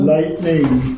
Lightning